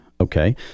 Okay